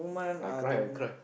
I cry and cry